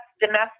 domestic